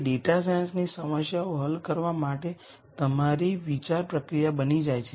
તે ડેટા સાયન્સની સમસ્યાઓ હલ કરવા માટે તમારી વિચાર પ્રક્રિયા બની જાય છે